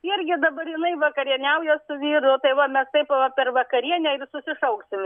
irgi dabar jinai vakarieniauja su vyru tai va mes taip va per vakarienę susišauksim